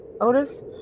Otis